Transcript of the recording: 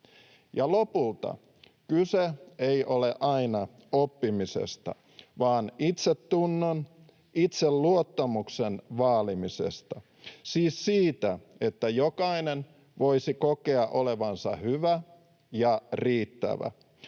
Ja lopulta kyse ei ole aina oppimisesta, vaan itsetunnon, itseluottamuksen vaalimisesta, siis siitä, että jokainen voisi kokea olevansa hyvä ja riittävä.